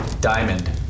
diamond